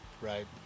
Right